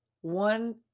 one